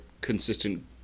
consistent